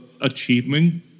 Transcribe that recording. achievement